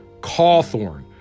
Cawthorn